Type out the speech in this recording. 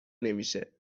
نمیشه